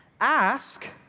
Ask